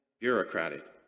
bureaucratic